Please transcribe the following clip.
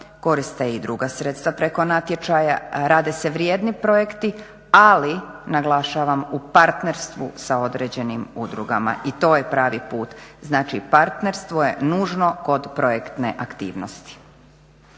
koriste i druga sredstva preko natječaja, rade se vrijedni projekti, ali naglašavam u partnerstvu sa određenim udrugama i to je pravi put. Znači partnerstvo je nužno kod projektne aktivnosti.